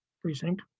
precinct